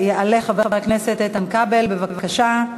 יעלה חבר הכנסת איתן כבל, בבקשה.